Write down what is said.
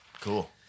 Cool